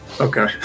Okay